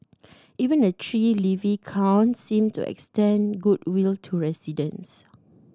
even the tree leafy crown seemed to extend goodwill to residents